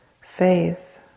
faith